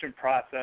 process